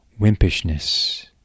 wimpishness